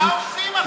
מה עושים עכשיו?